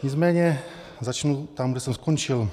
Nicméně začnu tam, kde jsem skončil.